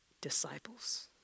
disciples